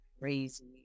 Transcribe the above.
crazy